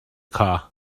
car